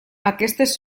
aquestes